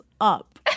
up